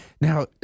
Now